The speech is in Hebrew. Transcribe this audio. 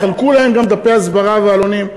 יחלקו להם גם דפי אזהרה ועלונים.